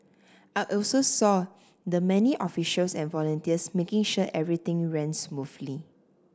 I also saw the many officials and volunteers making sure everything ran smoothly